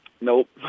Nope